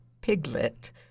piglet